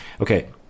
Okay